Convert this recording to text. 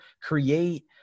create